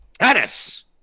tennis